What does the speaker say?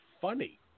funny